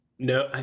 No